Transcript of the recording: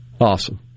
Awesome